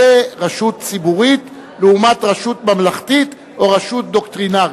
זו רשות ציבורית לעומת רשות ממלכתית או רשות דוקטרינרית.